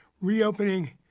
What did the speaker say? reopening